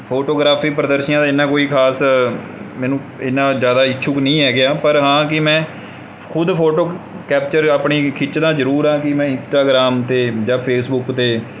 photography ਪ੍ਰਦਰਸ਼ਨੀਆਂ ਇੰਨਾਂ ਕੋਈ ਖਾਸ ਮੈਨੂੰ ਇੰਨਾਂ ਜ਼ਿਆਦਾ ਇੱਛੁਕ ਨਹੀਂ ਹੈਗਾ ਪਰ ਹਾਂ ਕਿ ਮੈਂ ਖੁਦ ਫੋਟੋ ਕੈਪਚਰ ਆਪਣੀ ਖਿੱਚਦਾ ਜ਼ਰੂਰ ਹਾਂ ਕਿ ਮੈਂ ਇੰਸਟਾਗ੍ਰਾਮ 'ਤੇ ਜਾਂ ਫੇਸਬੁੱਕ 'ਤੇ